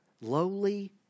Lowly